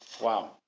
Wow